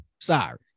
sorry